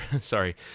sorry